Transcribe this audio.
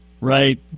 Right